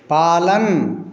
पालन